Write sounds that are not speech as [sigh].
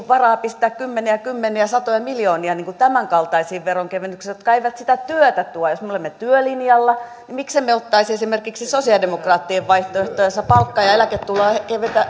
[unintelligible] varaa pistää kymmeniä ja satoja miljoonia tämänkaltaisiin veronkevennyksiin jotka eivät sitä työtä tuo jos me olemme työlinjalla miksemme ottaisi esimerkiksi sosialidemokraattien vaihtoehtoa jossa palkka ja eläketuloja